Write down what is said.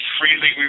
freely